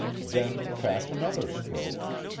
then fashion other strokes,